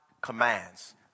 commands